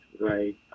right